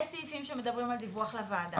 יש סעיפים שמדברים על דיווח לוועדה.